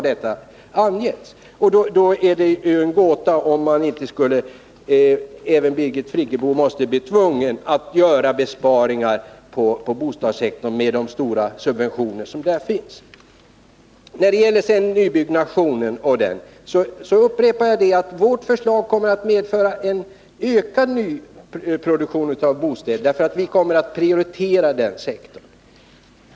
Då måste ju även Birgit Friggebo bli tvungen att göra besparingar på bostadssektorn med de stora subventioner som finns där. « När det gäller nybyggnationen upprepar jag att vårt förslag kommer att medföra ökad nyproduktion av bostäder, eftersom vi kommer att prioritera den sektorn.